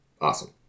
Awesome